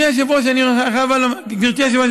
גברתי היושבת-ראש,